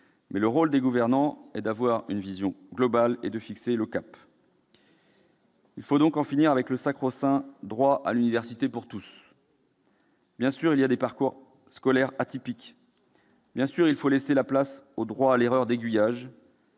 mais le rôle des gouvernants est d'avoir une vision globale et de fixer le cap. Il faut donc en finir avec le sacro-saint droit à l'université pour tous. Bien sûr, il y a des parcours scolaires atypiques ; bien sûr, il faut laisser la place au droit à l'erreur d'aiguillage.